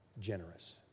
generous